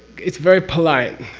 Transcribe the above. it's very polite,